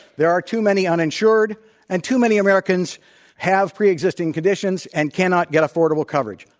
there are too many uninsured and too many americans have pre-existing conditions and cannot get affordable coverage.